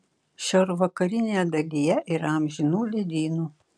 šiaurvakarinėje dalyje yra amžinų ledynų